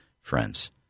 friends